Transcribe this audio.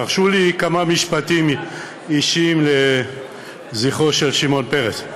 תרשו לי כמה משפטים אישיים לזכרו של שמעון פרס.